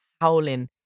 howling